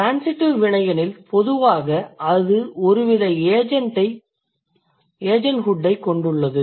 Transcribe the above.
transitive வினை எனில் பொதுவாக அது ஒருவித ஏஜெண்ட்ஹுட் ஐ கொண்டுள்ளது